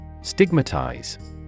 Stigmatize